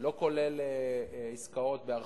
לא כולל עסקאות בהרחבות.